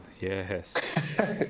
yes